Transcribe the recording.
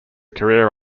career